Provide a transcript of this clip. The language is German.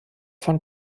von